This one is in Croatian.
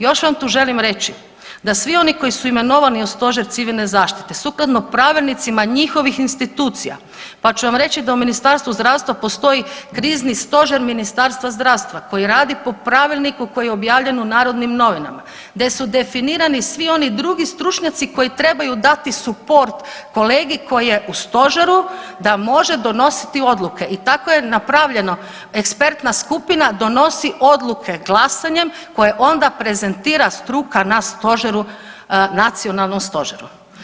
Još vam tu želim reći da svi oni koji su imenovani u stožer civilne zaštite sukladno pravilnicima njihovih institucija, pa ću vam reći da u Ministarstvu zdravstva postoji Krizni stožer Ministarstva zdravstva koji radi po pravilniku koji je objavljen u Narodnim novinama gdje u definirani svi oni drugi stručnjaci koji trebaju dati suport kolegi koji je u stožeru da može donositi odluke i tako je napravljeno ekspertna skupina donosi odluke glasanjem koje onda prezentira struka na stožeru, nacionalnom stožeru.